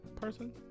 person